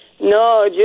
No